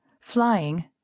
Flying